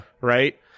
Right